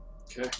Okay